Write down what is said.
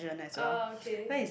uh okay